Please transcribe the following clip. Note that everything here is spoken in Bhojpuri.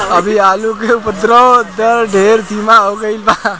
अभी आलू के उद्भव दर ढेर धीमा हो गईल बा